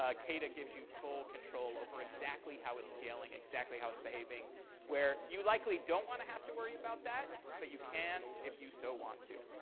ah kada gives you full control over exactly how it's scaling, exactly how it's but gaving where you likely won't want to have to worry about that but you can if you so want to.